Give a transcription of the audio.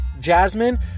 Jasmine